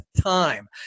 time